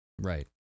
Right